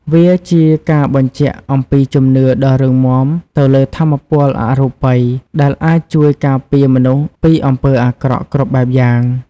វាជាការបញ្ជាក់អំពីជំនឿដ៏រឹងមាំទៅលើថាមពលអរូបីដែលអាចជួយការពារមនុស្សពីអំពើអាក្រក់គ្រប់បែបយ៉ាង។